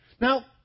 Now